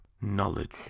Knowledge